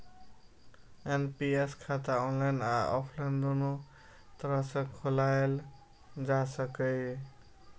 NPS खाता online आ offline, दुनू तरह सं खोलाएल जा सकैए